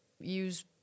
use